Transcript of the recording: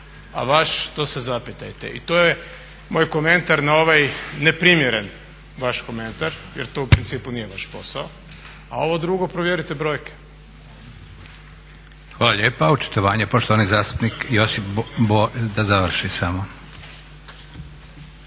a vaš to se zapitajte. I to je moj komentar na ovaj neprimjeren vaš komentar jer to u principu nije vaš posao, a ovo drugo provjerite brojke. **Leko, Josip (SDP)** Hvala lijepa. Očitovanje, poštovani zastupnik Josip Borić.